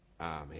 Amen